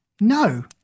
No